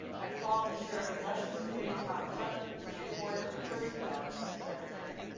i call on the chair of the elections committee tom cunniff for the report of the first ballot for secretary.